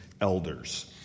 elders